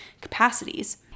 capacities